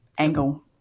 angle